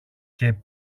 και